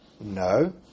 No